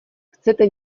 chcete